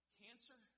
cancer